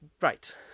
Right